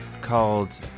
called